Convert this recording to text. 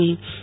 Aarti Bhatt